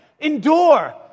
Endure